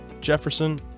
Jefferson